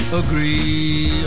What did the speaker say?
agree